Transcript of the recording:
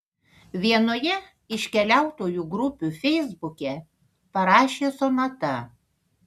vienoje iš keliautojų grupių feisbuke parašė sonata